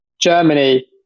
germany